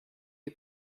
you